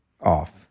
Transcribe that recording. off